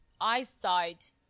eyesight